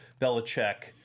Belichick